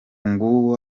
nguwo